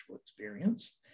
experience